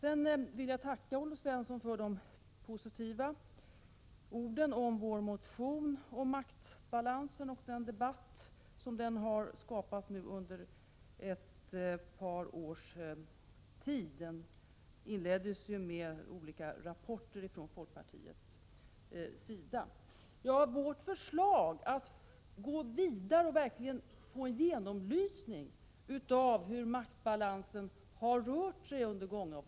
Jag vill sedan tacka Olle Svensson för de positiva orden om vår motion om maktbalansen och den debatt som frågan har orsakat under ett par års tid. Den inleddes ju med olika rapporter från folkpartiet. Vårt förslag är att gå vidare och verkligen få en genomlysning av hur maktbalansen har ändrat sig under gångna år.